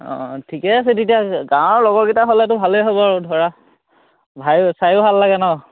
অঁ ঠিকে আছে তেতিয়া গাঁৱৰ লগৰকেইটা হ'লেতো ভালেই হ'ব আৰু ধৰা ভাইও চায়ো ভাল লাগে ন